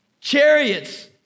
chariots